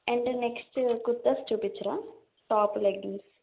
and next kurtas చూపించరా top leggings